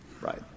Right